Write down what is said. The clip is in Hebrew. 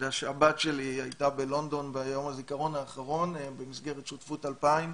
הבת שלי הייתה בלונדון ביום הזיכרון האחרון במסגרת שותפות 2000,